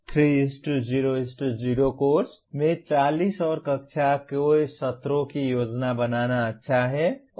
3 0 0 course में 40 और कक्षा के सत्रों की योजना बनाना अच्छा है